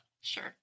Sure